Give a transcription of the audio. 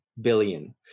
billion